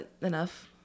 enough